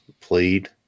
plead